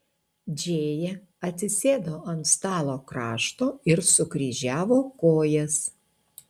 džėja atsisėdo ant stalo krašto ir sukryžiavo kojas